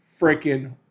freaking